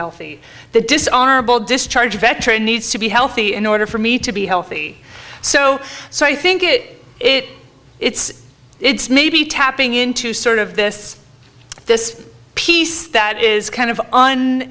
healthy the dishonorable discharge veteran needs to be healthy in order for me to be healthy so so i think it it it's it's maybe tapping into sort of this this piece that is kind of on